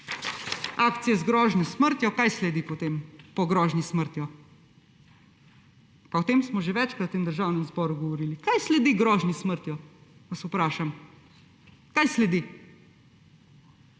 Akcija z grožnjo s smrtjo. Kaj sledi po tem, po grožnji s smrtjo? O tem smo že večkrat v tem državnem zboru govorili. Kaj sledi grožnji s smrtjo, vas vprašam. Kaj sledi?